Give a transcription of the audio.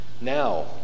Now